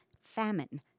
famine